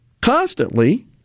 constantly